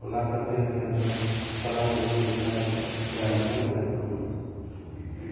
ᱚᱱᱟ ᱠᱷᱟᱹᱛᱤᱨ ᱟᱞᱮᱭᱟᱜ ᱫᱚ ᱥᱟᱱᱟᱢ ᱜᱮ ᱥᱩᱵᱤᱫᱟ ᱜᱮᱞᱮ ᱧᱟᱢᱮᱫᱟ ᱱᱚᱸᱰᱮ ᱠᱷᱚᱱ ᱫᱚ